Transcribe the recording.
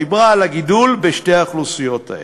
דיברה על הגידול בשתי האוכלוסיות האלה,